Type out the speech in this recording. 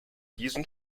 diesen